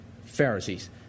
Pharisees